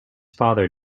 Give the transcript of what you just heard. father